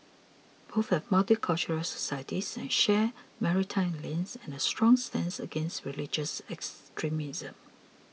both have multicultural societies and share maritime links and a strong stance against religious extremism